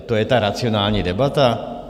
To je ta racionální debata?